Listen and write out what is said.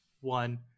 one